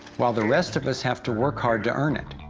while the rest of us have to work hard to earn it.